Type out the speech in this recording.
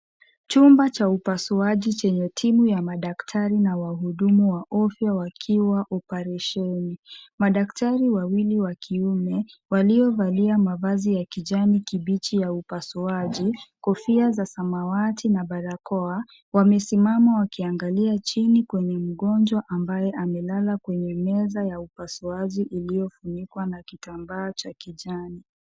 Chumba cha upasuaji chenye timu ya madaktari na wahudumu wa afya wakiwa oparesheni. Madaktari wawili wa kiume waliovalia mavazi ya kijani kibichi ya upasuaji, kofia za samawati na barakoa wamesimama wakiangalia chini kwenye mgonjwa ambaye amelala kwenye meza ya upasuaji iliyofunikwa na kitambaa cha kijani.